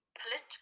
political